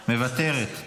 מוותרת.